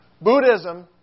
Buddhism